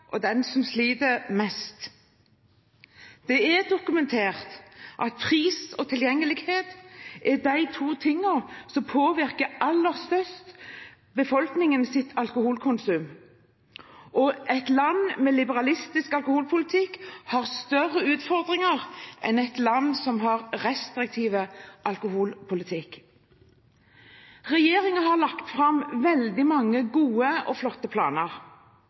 den som sliter, mest. Det er dokumentert at pris og tilgjengelighet er de to tingene som påvirker befolkningens alkoholkonsum aller mest. Og et land med liberalistisk alkoholpolitikk har større utfordringer enn et land som har restriktiv alkoholpolitikk. Regjeringen har lagt fram veldig mange gode og flotte planer: